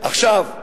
עכשיו,